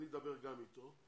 אני אדבר גם איתו.